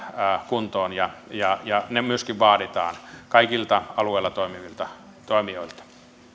kuntoon ja ja ne myöskin vaaditaan kaikilta alueella toimivilta toimijoilta